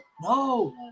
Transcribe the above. No